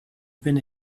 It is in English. been